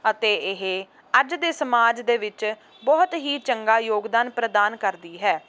ਅਤੇ ਇਹ ਅੱਜ ਦੇ ਸਮਾਜ ਦੇ ਵਿੱਚ ਬਹੁਤ ਹੀ ਚੰਗਾ ਯੋਗਦਾਨ ਪ੍ਰਦਾਨ ਕਰਦੀ ਹੈ